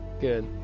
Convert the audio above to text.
good